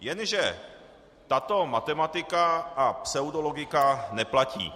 Jenže tato matematika a pseudologika neplatí.